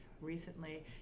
Recently